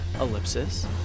Ellipsis